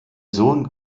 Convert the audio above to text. sohn